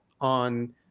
on –